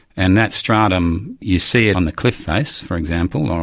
and that stratum you see it on the cliff-face, for example,